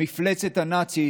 במפלצת הנאצית